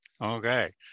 Okay